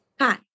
Hi